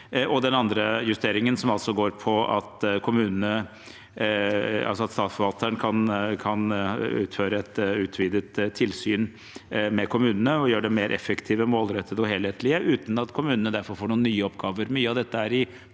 Den andre justeringen går på at statsforvalteren kan utføre et utvidet tilsyn med kommunene og gjøre dem mer effektive, målrettede og helhetlige, uten at kommunene dermed får noen nye oppgaver.